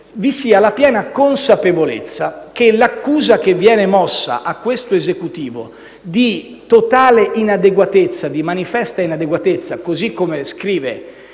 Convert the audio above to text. vi sia la piena consapevolezza che l'accusa che viene mossa a questo Esecutivo di totale e manifesta inadeguatezza, così come scrive